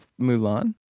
Mulan